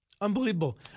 Unbelievable